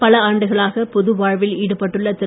பல ஆண்டுகளாக பொது வாழ்வில் ஈடுபட்டுள்ள திரு